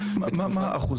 מה האחוז?